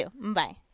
Bye